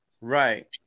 Right